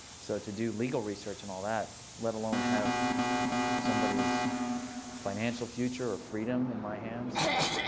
so to do legal research and all that, let alone have somebody's financial future or freedom in my hands, was like,